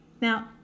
Now